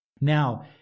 Now